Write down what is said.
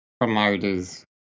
promoters